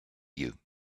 you